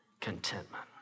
contentment